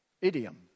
idiom